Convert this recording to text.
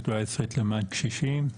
השדולה הישראלית למען הקשישים.